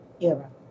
era